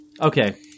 Okay